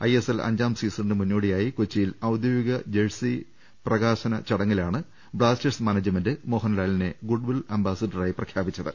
ISL അഞ്ചാം സീസണിനു മുന്നോടിയായി കൊച്ചിയിൽ ഔദ്യോഗിക ജേഴ്സി പ്രകാശന ചടങ്ങിലാണ് ബ്ലാസ്റ്റേഴ്സ് മാനേജ്മെന്റ് മോഹൻലാലിനെ ഗുഡ്വിൽ അംബാസിഡറായി പ്രഖ്യാപിച്ചത്